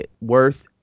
worth